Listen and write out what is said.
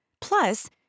Plus